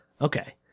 Okay